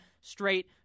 straight